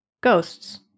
ghosts